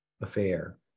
affair